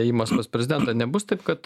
ėjimas pas prezidentą nebus taip kad